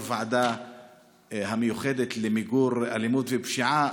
הוועדה המיוחדת למיגור אלימות ופשיעה,